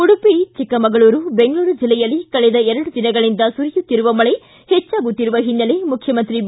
ಉಡುಪಿ ಚಿಕ್ಕಮಗಳೂರು ಬೆಂಗಳೂರು ಜಿಲ್ಲೆಯಲ್ಲಿ ಕಳೆದ ಎರಡು ದಿನಗಳಿಂದ ಸುರಿಯುತ್ತಿರುವ ಮಳೆ ಹೆಚ್ಚಾಗುತ್ತಿರುವ ಹಿನ್ನೆಲೆ ಮುಖ್ಯಮಂತ್ರಿ ಬಿ